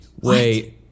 Wait